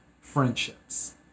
friendships